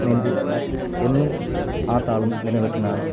നെഞ്ചിൽ എന്നും ആ താളം നില നിൽക്കുന്നതാണ്